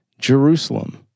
Jerusalem